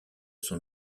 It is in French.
son